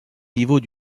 niveau